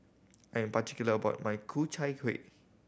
I'm particular about my Ku Chai Kueh